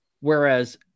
whereas